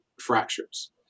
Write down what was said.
fractures